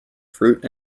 fruit